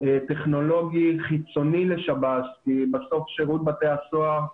טכנולוגי חיצוני לשב"ס כי בסוף שירות בתי הסוהר,